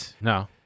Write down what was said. no